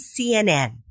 CNN